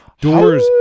doors-